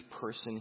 person